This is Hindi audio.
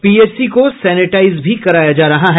पीएचसी को सेनेटाइज कराया जा रहा है